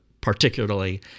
particularly